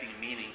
meaning